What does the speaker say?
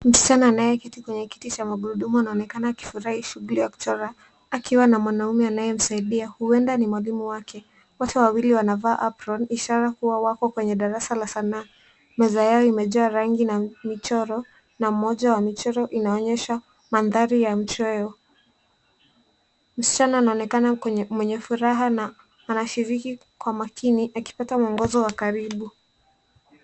Mschana anayeketi kwenye kiti cha magurudumu anaonekana akifurahi shughuli ya kuchora akiwa na mwanaume anayemsaidia huenda ni mwalimu wake. Wote wawili wanavaa apron ishara kuwa wako kwenye darasa la sanaa. Meza yao imejaa rangi na michoro na moja wa michoro onaonyesha mandhari ya machweo. Mschana anaonekana kwenye mwenye furaha na anashiriki kwa makini akifuata mwongozo wa karibu.